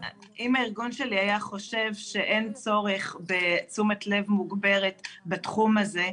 אם הארגון שלי היה חושב שאין צורך בתשומת לב מוגברת בתחום הזה,